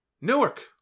Newark